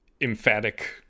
emphatic